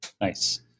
nice